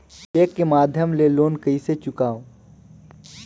Cheque के माध्यम ले लोन कइसे चुकांव?